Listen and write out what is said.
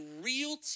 real